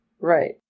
Right